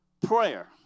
prayer